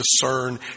discern